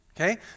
okay